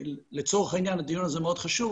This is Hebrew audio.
לצורך העניין הדיון הזה מאוד חשוב,